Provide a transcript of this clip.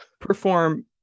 perform